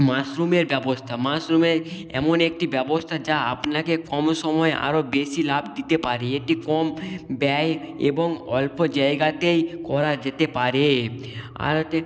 মাশরুমের ব্যবস্থা মাশরুমের এমন একটি ব্যবস্থা যা আপনাকে কম সময় আরো বেশি লাভ দিতে পারে একটি কম ব্যয় এবং অল্প জায়গাতেই করা যেতে পারে আর ওতে